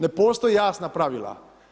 Ne postoje jasna pravila.